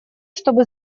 чтобы